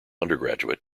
undergraduate